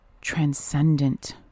transcendent